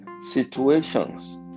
situations